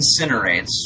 incinerates